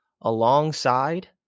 alongside